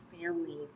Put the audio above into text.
family